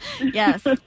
Yes